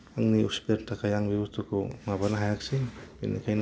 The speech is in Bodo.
आंनि उसुबिदानि थाखाय आं बे बुसथुखौ माबानो हायाखसै बेनिखायनो